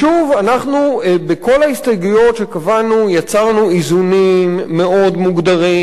אנחנו בכל ההסתייגויות שקבענו יצרנו איזונים מאוד מוגדרים של